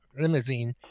limousine